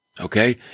okay